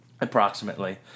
Approximately